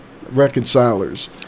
reconcilers